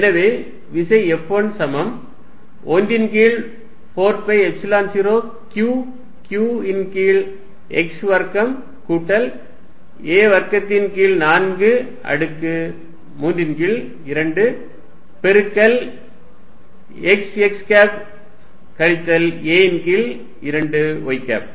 எனவே விசை F1 சமம் 1 ன் கீழ் 4 பை எப்சிலன் 0 Q q ன் கீழ் x வர்க்கம் கூட்டல் a வர்க்கத்தின் கீழ் 4 அடுக்கு 3 ன் கீழ் 2 பெருக்கல் x x கேப் கழித்தல் a ன் கீழ் 2 y கேப்